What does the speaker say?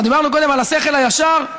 דיברנו קודם על השכל הישר,